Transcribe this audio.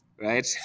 right